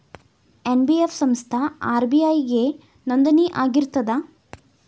NBF ಸಂಸ್ಥಾ RBI ಗೆ ನೋಂದಣಿ ಆಗಿರ್ತದಾ?